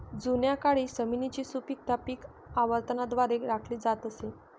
जुन्या काळी जमिनीची सुपीकता पीक आवर्तनाद्वारे राखली जात असे